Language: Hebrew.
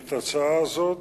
את ההצעה הזאת,